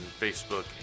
Facebook